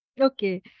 okay